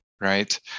right